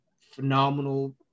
phenomenal